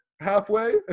Halfway